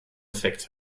effekt